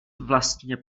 vlastně